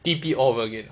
T_P all over again